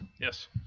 Yes